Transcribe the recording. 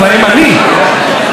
ובהם אני,